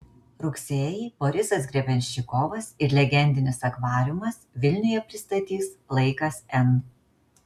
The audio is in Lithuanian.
rugsėjį borisas grebenščikovas ir legendinis akvariumas vilniuje pristatys laikas n